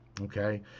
okay